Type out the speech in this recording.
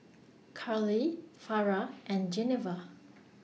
Karlee Farrah and Geneva